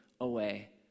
away